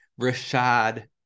Rashad